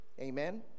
Amen